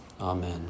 Amen